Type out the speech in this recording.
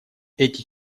эти